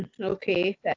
okay